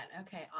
Okay